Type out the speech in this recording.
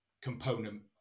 component